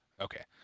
Okay